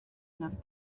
enough